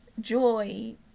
Joy